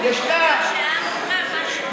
משום שיש הליך דמוקרטי,